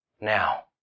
Now